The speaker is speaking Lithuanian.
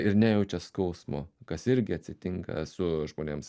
ir nejaučia skausmo kas irgi atsitinka su žmonėms